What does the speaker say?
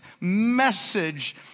message